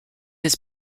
his